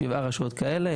יש שבע רשויות כאלה,